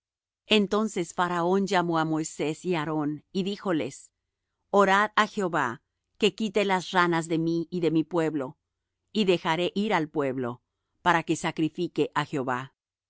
entonces faraón llamó á moisés y á aarón y díjoles orad á jehová que quite las ranas de mí y de mi pueblo y dejaré ir al pueblo para que sacrifique á jehová